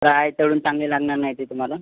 fry तळून चांगली लागणार नाही ते तुम्हाला